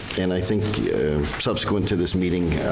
and i think subsequent to this meeting,